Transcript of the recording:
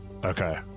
Okay